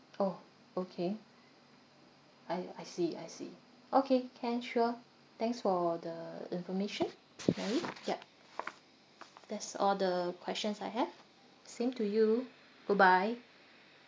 orh okay I I see I see okay can sure thanks for the information mary yup that's all the questions I have same to you goodbye